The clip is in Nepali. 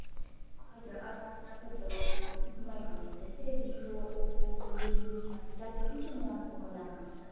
हजुर मैले भनेको जस्तै भिभो ओप्पो रेडमीहरू अब तपाईँ कुन चाहिँ मोडलको लानुहुन्छ